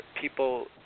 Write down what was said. people